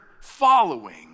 following